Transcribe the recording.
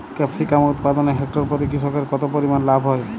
Capsicum উৎপাদনে hectare প্রতি কৃষকের কত পরিমান লাভ হয়?